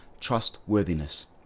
trustworthiness